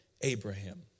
Abraham